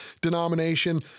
denomination